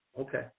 Okay